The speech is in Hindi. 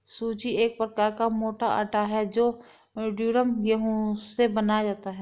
सूजी एक प्रकार का मोटा आटा है जो ड्यूरम गेहूं से बनाया जाता है